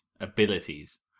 abilities